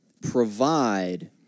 provide